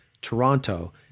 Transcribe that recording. Toronto